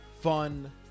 fun